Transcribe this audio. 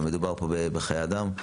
וכאן מדובר בחיי אדם.